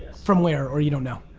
from where or you don't know?